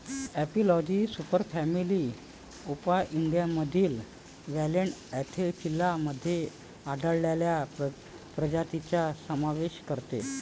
एपिलॉजी सुपरफॅमिली अपोइडियामधील clade Anthophila मध्ये आढळणाऱ्या प्रजातींचा समावेश करते